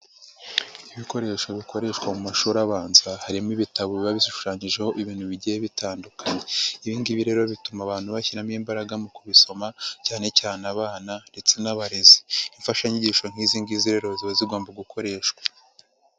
Ibikoresho bikoreshwa mu mashuri abanza harimo ibitabo biba bishushanyijeho ibintu bigiye bitandukanye, ibi ngibi rero bituma abantu bashyiramo imbaraga mu kubisoma cyanecyane abana ndetse n'abarezi, imfashanyigisho nk'izi ngizi rero ziba zigomba gukoreshwa.